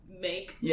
make